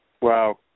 Wow